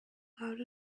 loud